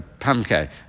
Pamke